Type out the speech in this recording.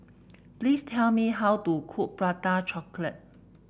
please tell me how to cook Prata Chocolate